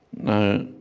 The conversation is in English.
now,